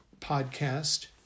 podcast